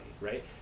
right